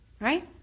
Right